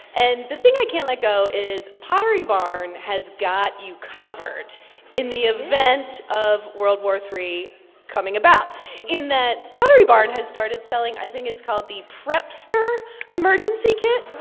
and the thing i can't let go is pottery barn has got you covered in the event of world war iii coming about in that pottery barn has started selling, i think it's called, the prepster emergency kit